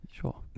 sure